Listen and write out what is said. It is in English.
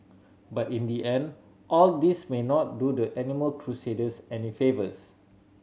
but in the end all this may not do the animal crusaders any favours